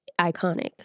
iconic